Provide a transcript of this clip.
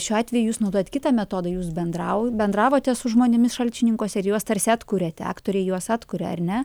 šiuo atveju jūs naudojat kitą metodą jūs bendrau bendravote su žmonėmis šalčininkuose ir juos tarsi atkuriate aktoriai juos atkuria ar ne